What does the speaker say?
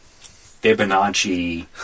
Fibonacci